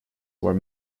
were